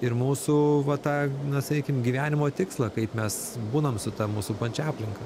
ir mūsų va tą na sakykim gyvenimo tikslą kaip mes būnam su ta mūsų pačia aplinka